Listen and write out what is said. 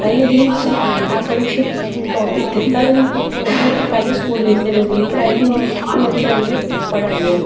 ऐसा किश टापिक दित्ता गै निं पैह्ले सकूलें च ते डोगरी पढ़ाई गै हून इत्थै आह्नियै पढ़ानें आं